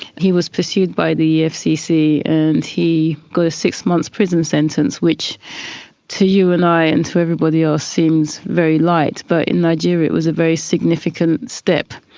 he was pursued by the efcc and he got a six months prison sentence, which to you and i and to everybody else seems very light, but in nigeria it was a very significant step,